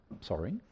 sorry